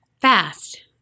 fast